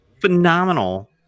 Phenomenal